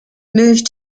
moved